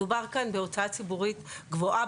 מדובר כאן בהוצאה ציבורית גבוהה